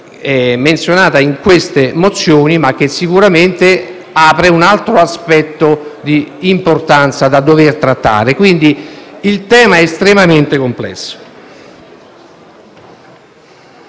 menzionata in queste mozioni, ma che sicuramente è un altro aspetto importante da trattare, per cui il tema è estremamente complesso.